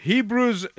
Hebrews